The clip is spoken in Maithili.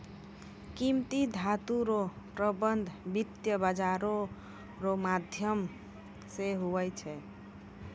कीमती धातू रो प्रबन्ध वित्त बाजारो रो माध्यम से हुवै छै